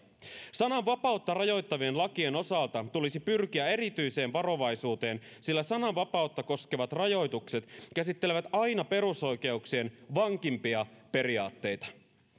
sananvapautta rajoittavien lakien osalta tulisi pyrkiä erityiseen varovaisuuteen sillä sananvapautta koskevat rajoitukset käsittelevät aina perusoikeuksien vankimpia periaatteita